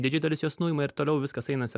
didžioji dalis juos nuima ir toliau viskas einasi